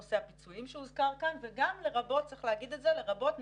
נושא הפיצויים שהוזכר כאן וגם לרבות וצריך לומר את זה נושא